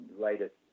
latest